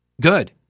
Good